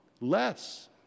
less